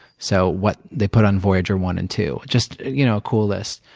so what they put on voyager one and two just you know cool lists.